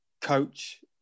coach